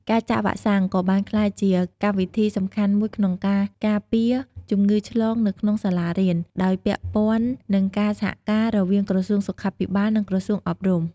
ការចាក់វ៉ាក់សាំងក៏បានក្លាយជាកម្មវិធីសំខាន់មួយក្នុងការការពារជំងឺឆ្លងនៅក្នុងសាលារៀន ដោយពាក់ព័ន្ធនឹងការសហការរវាងក្រសួងសុខាភិបាល និងក្រសួងអប់រំ។